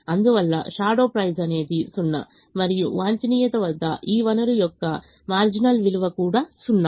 అందువల్ల shadow price అనేది 0మరియు వాంఛనీయత వద్ద ఈ వనరు యొక్క మార్జినల్ విలువ కూడా 0